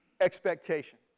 expectation